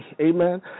Amen